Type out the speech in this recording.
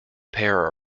pair